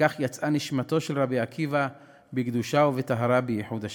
וכך יצאה נשמתו של רבי עקיבא בקדושה ובטהרה בייחוד השם.